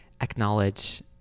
acknowledge